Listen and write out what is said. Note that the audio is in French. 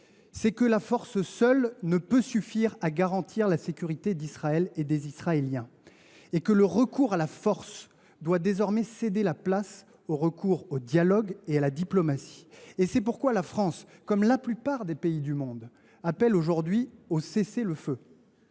que la force seule ne peut suffire à garantir la sécurité d’Israël et des Israéliens et que le recours à la force doit désormais céder la place au dialogue et à la diplomatie. C’est pourquoi la France, comme la plupart des pays dans le monde, appelle aujourd’hui au cessez le feu,